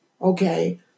Okay